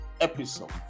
episode